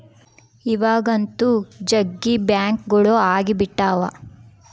ಇವಾಗಂತೂ ಜಗ್ಗಿ ಬ್ಯಾಂಕ್ಗಳು ಅಗ್ಬಿಟಾವ